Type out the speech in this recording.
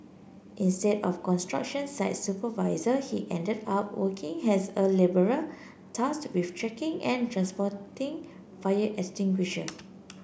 instead of construction site supervisor he ended up working as a labourer tasked with checking and transporting fire extinguishers